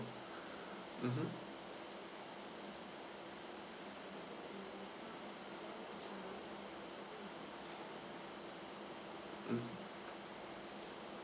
mmhmm mm